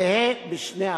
זהה בשני החוקים.